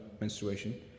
menstruation